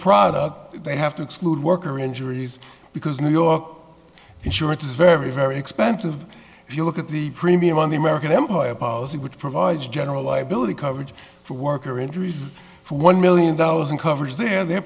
product they have to exclude worker injuries because new york insurance is very very expensive if you look at the premium on the american employer policy which provides general liability coverage for worker injuries for one million dollars in coverage their